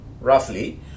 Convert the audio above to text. roughly